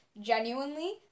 Genuinely